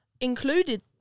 included